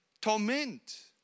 torment